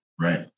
right